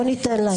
לא ניתן להם.